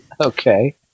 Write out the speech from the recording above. Okay